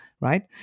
right